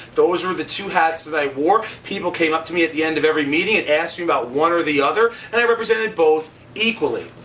those were the two hats that i wore. people came up to me at the end of every meeting and asked me about one or the other, and i represented both equally.